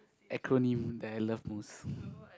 acronym that I love most